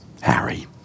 Harry